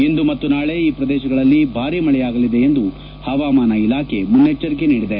ಇಂದು ಮತ್ತು ನಾಳೆ ಈ ಪ್ರದೇಶಗಳಲ್ಲಿ ಭಾರಿ ಮಳೆಯಾಗಲಿದೆ ಎಂದು ಹವಾಮಾನ ಇಲಾಖೆ ಮುನ್ನೆಚ್ಚರಿಕೆ ನೀಡಿದೆ